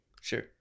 Sure